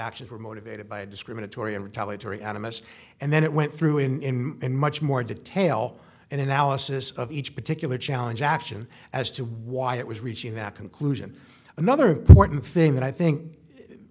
actions were motivated by discriminatory and retaliatory animists and then it went through in much more detail and analysis of each particular challenge action as to why it was reaching that conclusion another important thing that i think